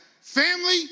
family